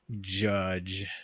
judge